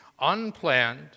unplanned